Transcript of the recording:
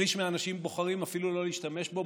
ששליש מהאנשים בוחרים אפילו לא להשתמש בו.